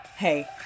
Hey